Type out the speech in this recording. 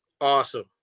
awesome